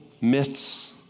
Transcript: myths